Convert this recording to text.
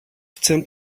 chcę